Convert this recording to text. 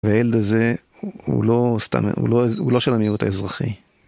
והילד הזה הוא לא של המיעוט האזרחי.